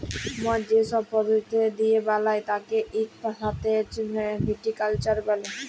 মদ যে সব পদ্ধতি দিয়ে বালায় তাকে ইক সাথে ভিটিকালচার ব্যলে